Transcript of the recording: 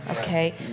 Okay